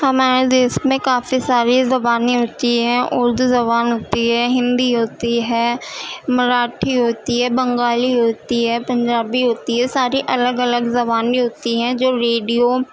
ہمارے دیس میں کافی ساری زبانیں ہوتی ہیں اردو زبان ہوتی ہے ہندی ہوتی ہے مراٹھی ہوتی ہے بنگالی ہوتی ہے پنجابی ہوتی ہے ساری الگ الگ زبانیں ہوتی ہیں جو ریڈیو